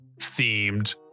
themed